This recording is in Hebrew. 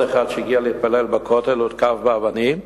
אדם שהגיע להתפלל בכותל הותקף באבנים.